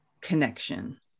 connection